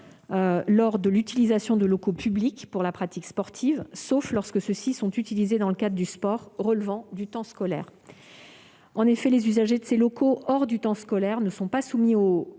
lors de l'utilisation de locaux publics pour la pratique sportive, sauf lorsqu'il s'agit de sport relevant du temps scolaire. En effet, les usagers de ces locaux hors du temps scolaire ne sont pas soumis au